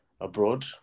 Abroad